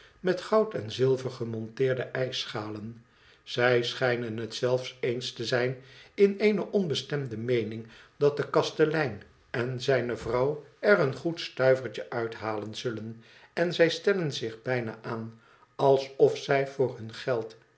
met goud en zilver gemonteerde ijs schalen zij schijnen het zelfs eens te zijn in eene onbestemde meening dat de kastelein en zijne vrouw er een goed stuivertje uit halen zullen en zij stellen zich bijna aan alsof zij voor hun geld